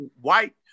white